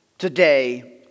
today